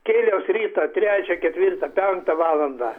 kėliaus rytą trečią ketvirtą penktą valandą